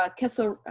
ah kesarl,